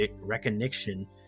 recognition